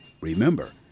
Remember